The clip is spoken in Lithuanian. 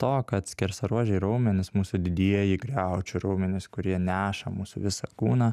to kad skersaruožiai raumenys mūsų didieji griaučių raumenys kurie neša mūsų visą kūną